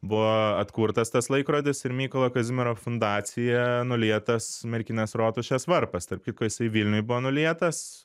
buvo atkurtas tas laikrodis ir mykolo kazimiero fundacija nulietas merkinės rotušės varpas tarp kitko jisai vilniuj buvo nulietas